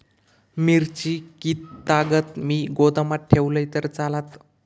मिरची कीततागत मी गोदामात ठेवलंय तर चालात?